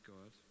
God